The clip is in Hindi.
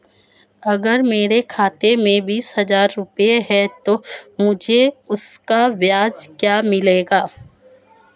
अगर मेरे खाते में बीस हज़ार रुपये हैं तो मुझे उसका ब्याज क्या मिलेगा?